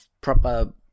proper